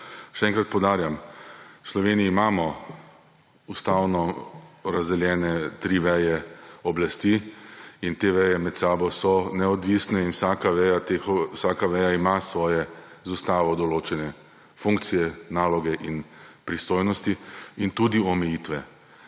Še enkrat poudarjam, v Sloveniji imamo ustavno razdeljene tri veje oblasti in te veje med sabo so neodvisne in vsaka veja ima svoje z Ustavo določene funkcije, naloge in pristojnosti. In tudi omejitve.